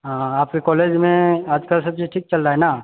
हाँ आपके कॉलेजमे आजकल सबचीज ठीक चल रहा है ने